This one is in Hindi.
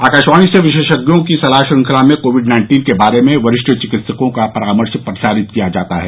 आकाशवाणी से विशेषज्ञों की सलाह श्रृंखला में कोविड नाइन्टीन के बारे में वरिष्ठ चिकित्सकों का परामर्श प्रसारित किया जाता है